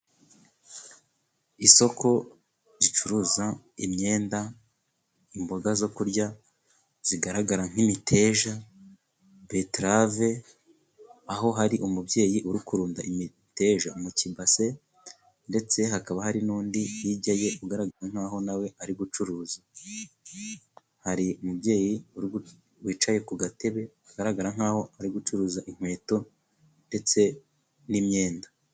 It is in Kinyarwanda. Isoko ricuruza imyenda imboga zo kurya zigaragara nk'imiteja, beterave, aho hari umubyeyi uri kurunda iyi miteja mu kibase, ndetse hakaba hari n'undi hirya ugaragara nk'aho nawe ari gucuruza. Hari umubyeyi wicaye ku gatebe ugaragara nk'aho ari gucuruza inkweto ndetse n'imyenda.